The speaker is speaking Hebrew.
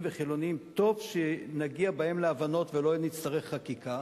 וחילונים טוב שנגיע בהם להבנות ולא נצטרך חקיקה,